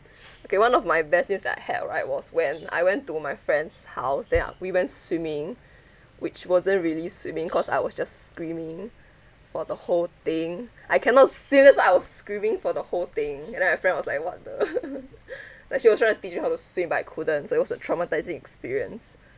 okay one of my best meal that I had right was when I went to my friend's house then our we went swimming which wasn't really swimming cause I was just screaming for the whole thing I cannot swim that's why I was screaming for the whole thing and then my friend was like what the like she was trying to teach me how to swim but I couldn't so was a traumatising experience